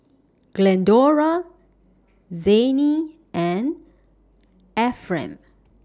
Glendora Zayne and Efrem